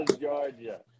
Georgia